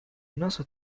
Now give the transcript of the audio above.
nasıl